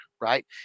right